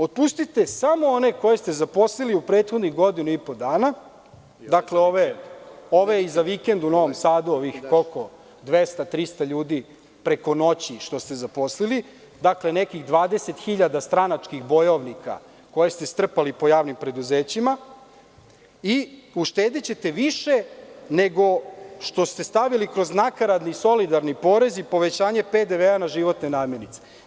Otpustite samo one koje ste zaposlili u prethodnih godinu i po dana, dakle, ove i za vikend u Novom Sadu, ovih koliko 200, 300 ljudi preko noći što ste zaposlili, dakle, nekih 20.000 stranačkih bojovnika koje ste strpali po javnim preduzećima i uštedećete više nego što ste stavili kroz nakaradni, solidarni porez i povećanje PDV-a na životne namirnice.